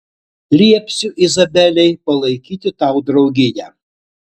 liepsiu izabelei palaikyti tau draugiją